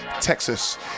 Texas